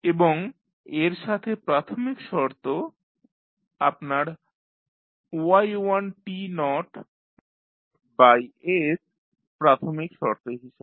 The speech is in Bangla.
এবং এর সাথে প্রাথমিক শর্ত আপনার y1 t naught by s এর জন্য এবং তারপর y এর জন্য আমরা পাচ্ছি yt নট বাই s প্রাথমিক শর্ত হিসেবে